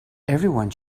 everyone